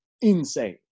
insane